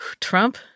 Trump